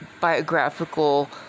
biographical